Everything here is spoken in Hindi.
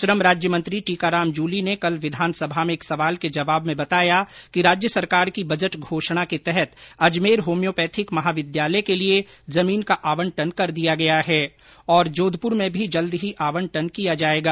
श्रम राज्यमंत्री टीकाराम जूली ने कल विधानसभा में एक सवाल के जवाब में बताया कि राज्य सरकार की बजट घोषणा के तहत अजमेर होम्योपैथिक महाविद्यालय के लिए जमीन का आवंटन कर दिया गया है और जोधप्र में भी जल्द ही आवंटन किया जाएगा